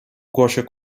głosie